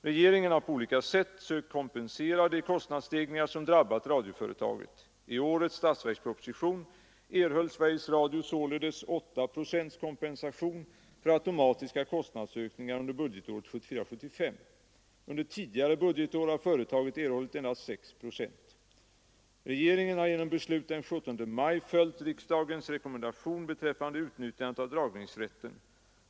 Regeringen har på olika sätt sökt kompensera de kostnadsstegringar som drabbat radioföretaget. I årets statsverksproposition erhöll Sveriges Radio således 8 procents kompensation för automatiska kostnadsökningar under budgetåret 1974/75. Under tidigare budgetår har företaget erhållit endast 6 procent. Regeringen har genom beslut den 17 maj följt riksdagens rekommendation beträffande utnyttjandet av dragningsrätten.